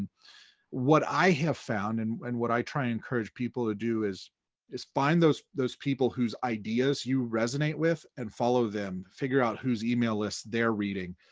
what i have found and and what i try to encourage people to do is is find those those people whose ideas you resonate with and follow them, figure out whose email list they're reading,